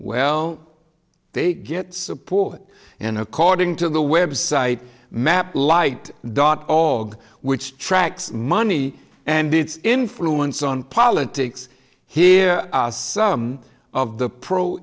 well they get support and according to the website map light dot org which tracks money and its influence on politics here are some of the pro